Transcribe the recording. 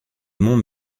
monts